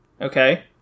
Okay